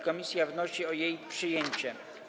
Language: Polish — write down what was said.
Komisja wnosi o jej przyjęcie.